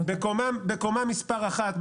בקומה מספר אחת,